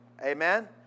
amen